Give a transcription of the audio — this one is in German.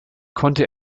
konnte